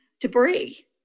debris